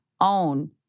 own